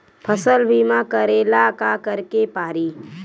फसल बिमा करेला का करेके पारी?